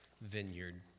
vineyard